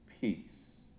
peace